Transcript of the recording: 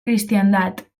cristiandat